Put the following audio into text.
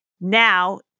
now